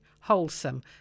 wholesome